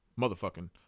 motherfucking